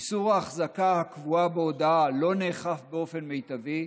איסור ההחזקה הקבועה בהודעה לא נאכף באופן מיטבי,